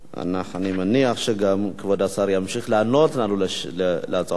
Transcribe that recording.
אני מניח שכבוד השר ימשיך לענות לנו על הצעות חוק,